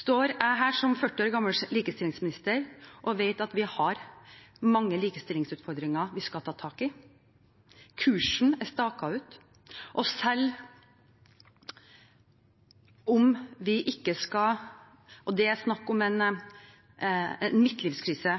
står jeg her som 40 år gammel likestillingsminister og vet at vi har mange likestillingsutfordringer å ta tak i. Kursen er staket ut. Selv om det ikke er snakk om en midtlivskrise,